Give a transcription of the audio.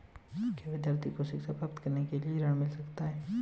क्या विद्यार्थी को शिक्षा प्राप्त करने के लिए ऋण मिल सकता है?